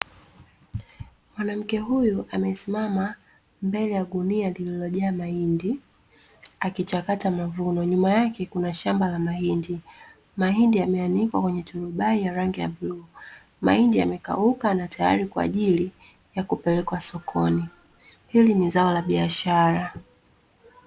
Mwanamke huyu amesimama mbele ya gunia lililojaa mahindi, akichakata mavuno, nyuma yake kuna shamba la mahindi. Mahindi yameanikwa kwenye turubai ya rangi ya bluu. Mahindi yamekauka na tayari kwa ajili ya kupelekwa sokoni. Hili ni zao la biashara.